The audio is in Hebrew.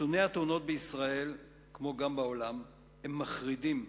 נתוני התאונות בישראל, כמו גם בעולם, הם מחרידים,